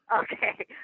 okay